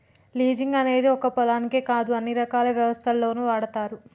leasing అనేది ఒక్క పొలాలకే కాదు అన్ని రకాల వ్యవస్థల్లోనూ వాడతారు